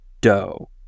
dough